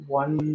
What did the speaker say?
one